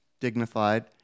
dignified